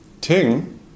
Ting